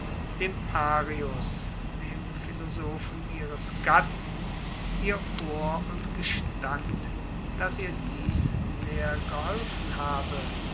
dem areus dem philosophen ihres gatten ihr ohr und gestand daß ihr dies sehr geholfen habe